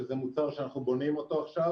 שזה מוצר שאנחנו בונים אותו עכשיו.